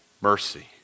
Mercy